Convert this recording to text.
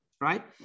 right